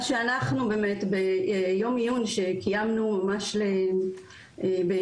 מה שאנחנו באמת יום עיון שקיימנו ממש בנובמבר